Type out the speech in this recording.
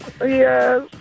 Yes